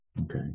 Okay